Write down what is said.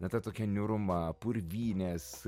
na ta tokia niūruma purvynės